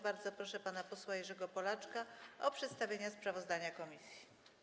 Bardzo proszę pana posła Jerzego Polaczka o przedstawienie sprawozdania komisji.